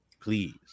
please